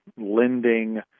lending